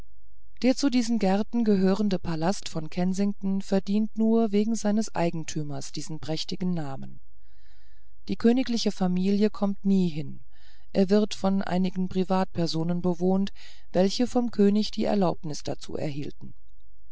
der zu diesen gärten gehörende palast von kensington verdient nur wegen seines eigentümers diesen prächtigen namen die königliche familie kommt nie hin er wird von einigen privatpersonen bewohnt welche vom könig die erlaubnis dazu erhielten